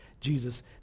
Jesus